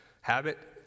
habit